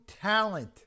talent